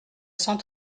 cent